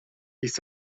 ist